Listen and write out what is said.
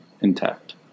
intact